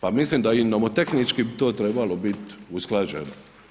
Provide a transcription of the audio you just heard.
Pa mislim da nomotehnički bi to trebalo biti usklađeno.